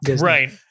Right